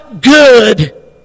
good